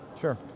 Sure